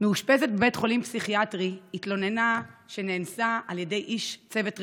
מאושפזת בבית חולים פסיכיאטרי התלוננה שנאנסה על ידי איש צוות רפואי.